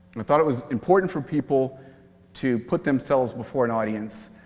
i thought it was important for people to put themselves before an audience,